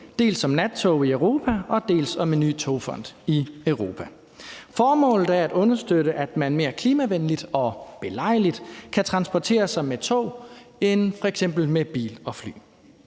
om nattog i Europa, dels forslaget om en ny togfond i Europa. Formålet er at understøtte, at man mere klimavenligt og belejligt kan transportere sig med tog end f.eks. med bil og fly,